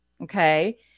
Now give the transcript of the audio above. Okay